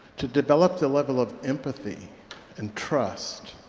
to develop the level of empathy and trust